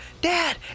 dad